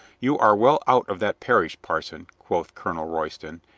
you are well out of that parish, parson, quoth colonel royston,